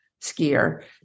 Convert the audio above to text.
skier